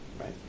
Right